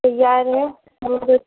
तैयार है